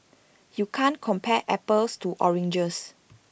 you can't compare apples to oranges